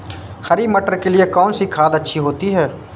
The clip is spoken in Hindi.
हरी मटर के लिए कौन सी खाद अच्छी होती है?